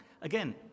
again